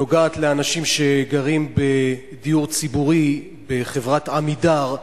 נוגעת לאנשים שגרים בדיור ציבורי של חברת "עמידר",